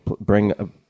bring